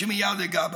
שמייד אגע בהם.